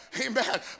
Amen